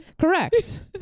Correct